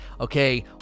okay